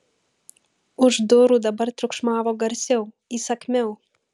už durų dabar triukšmavo garsiau įsakmiau